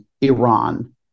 Iran